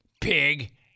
Pig